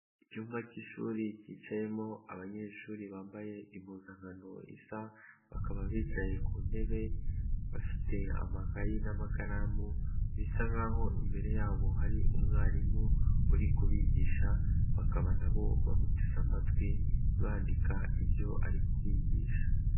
Icyumba cy'ishuri cyicayemo abanyeshuri bambaye impuzankano isa, bakaba bicaye ku ntebe bafite amakayi n'amakaramu, bisa nk'aho imbere yabo hari umwarimu uri kubigisha, bakaba nabo bamuteze amatwi bandika ibyo ari kubigisha.